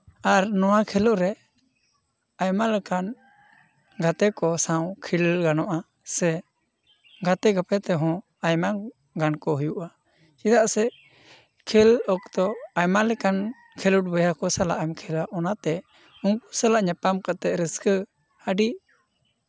ᱟᱨ ᱱᱚᱣᱟ ᱠᱷᱮᱞᱳᱜ ᱨᱮ ᱟᱭᱢᱟ ᱞᱮᱠᱟᱱ ᱜᱟᱛᱮ ᱠᱚ ᱥᱟᱶ ᱠᱷᱮᱞ ᱜᱟᱱᱚᱜᱼᱟ ᱥᱮ ᱜᱟᱛᱮ ᱜᱟᱯᱟ ᱜᱟᱯᱟᱛᱮ ᱦᱚᱸ ᱟᱭᱢᱟ ᱜᱟᱱ ᱠᱚ ᱦᱩᱭᱩᱜᱼᱟ ᱪᱮᱫᱟᱜ ᱥᱮ ᱠᱷᱮᱞ ᱚᱠᱛᱚ ᱟᱭᱢᱟ ᱞᱮᱠᱟᱱ ᱠᱷᱮᱞᱳᱰ ᱵᱚᱭᱦᱟ ᱠᱚ ᱥᱟᱞᱟᱜ ᱠᱷᱮᱞᱟ ᱚᱱᱟᱛᱮ ᱩᱱᱠᱩ ᱥᱟᱞᱟᱜ ᱧᱟᱯᱟᱢ ᱠᱟᱛᱮᱜ ᱨᱟᱹᱥᱠᱟᱹ ᱟᱹᱰᱤ